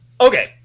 Okay